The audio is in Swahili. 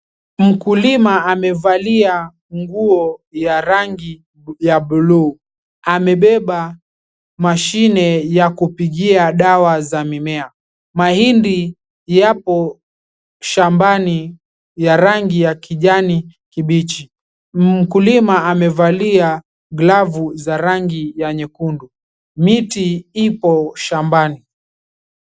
Mkulima amevalia nguo ya rangi ya blue . Amebeba mashine ya kupigia dawa za mimea. Mahindi yapo shambani ya rangi ya kijani kibichi. Mkulima amevalia glavu za rangi ya nyekundu. Miti ipo shambani.